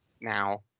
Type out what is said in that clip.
now